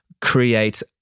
create